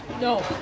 No